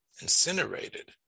incinerated